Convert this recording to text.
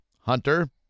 Hunter